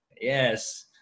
Yes